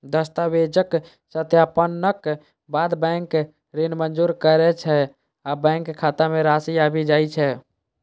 दस्तावेजक सत्यापनक बाद बैंक ऋण मंजूर करै छै आ बैंक खाता मे राशि आबि जाइ छै